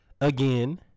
again